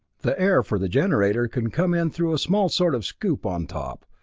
the air for the generator can come in through a small sort of scoop on top,